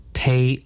pay